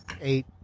Eight